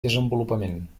desenvolupament